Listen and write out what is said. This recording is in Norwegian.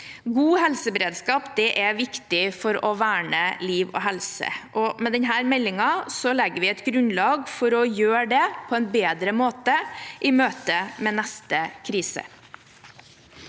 God helseberedskap er viktig for å verne liv og helse. Med denne meldingen legger vi et grunnlag for å gjøre det på en bedre måte i møte med neste krise.